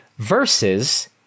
versus